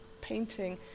painting